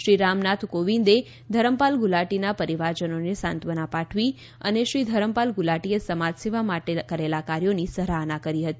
શ્રી રામનાથ કોંવિદ શ્રી ધરમપાલ ગુલાટીના પરિવારજનોને સાંત્વના પાઠવી અને શ્રી ધરમપાલ ગુલાટી એ સમાજસેવા માટે કરેલા કાર્યોની સરાહના કરી હતી